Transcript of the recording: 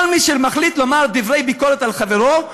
כל מי שמחליט לומר דברי ביקורת על חברו,